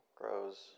grows